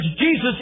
Jesus